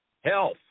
health